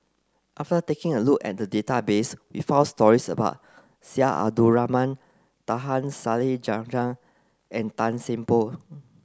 after taking a look at the database we found stories about Syed Abdulrahman Taha Salleh Japar and Tan Seng Poh